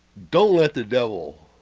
don't let the devil